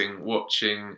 watching